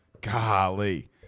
Golly